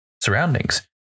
surroundings